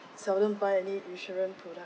seldom buy any insurance product